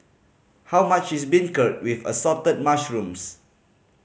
how much is beancurd with Assorted Mushrooms